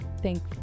thank